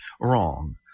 wrong